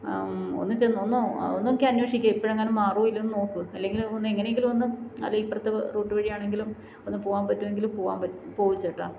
ഒന്നുചെന്ന് ഒന്നു ഒന്നിക്കൂടി അന്വേഷിക്ക് ഇപ്പഴെങ്ങാനും മാറുമോ ഇല്ലയോയെന്ന് നോക്ക് അല്ലെങ്കിൽ ഒന്ന് എങ്ങനെയെങ്കിലുമൊന്ന് അല്ലെങ്കിൽ ഇപ്പുറത്തെ റൂട്ട് വഴി ആണെങ്കിലും ഒന്ന് പോവാന് പറ്റുമെങ്കിൽ പോവാന് പോവു ചേട്ടാ